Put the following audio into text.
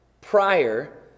prior